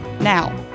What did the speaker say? Now